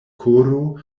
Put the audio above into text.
koro